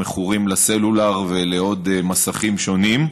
המכורים לסלולר ולעוד מסכים שונים,